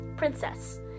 Princess